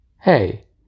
Hey